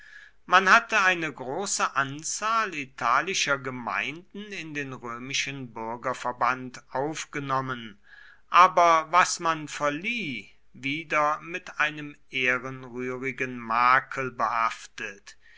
man hatte eine große anzahl italischer gemeinden in den römischen bürgerverband aufgenommen aber was man verlieh wieder mit einem ehrenrührigen makel behaftet